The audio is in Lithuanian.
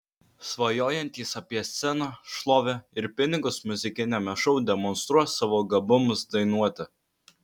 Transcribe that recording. svajojantys apie sceną šlovę ir pinigus muzikiniame šou demonstruos savo gabumus dainuoti